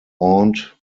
aunt